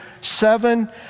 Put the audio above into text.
seven